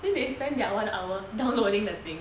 then they spent their one hour downloading the thing